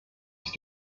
ist